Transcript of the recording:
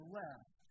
left